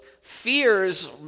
fears